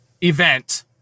event